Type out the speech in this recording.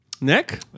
Nick